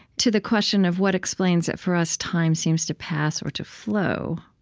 to the question of what explains that, for us, time seems to pass or to flow.